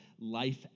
life